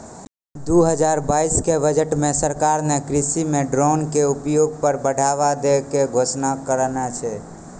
दू हजार बाइस के बजट मॅ सरकार नॅ कृषि मॅ ड्रोन के उपयोग पर बढ़ावा दै के घोषणा करनॅ छै